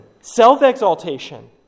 Self-exaltation